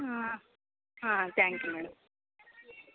thank you madam